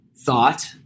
thought